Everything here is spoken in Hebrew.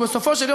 ובסופו של דבר,